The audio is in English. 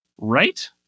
Right